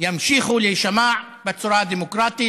ימשיכו להישמע בצורה הדמוקרטית,